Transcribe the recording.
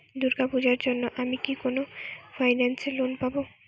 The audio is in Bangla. দূর্গা পূজোর জন্য আমি কি কোন ফাইন্যান্স এ লোন পাবো?